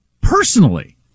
personally